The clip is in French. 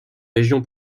région